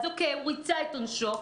אז הוא ריצה את עונשו,